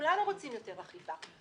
כולנו רוצים יותר אכיפה,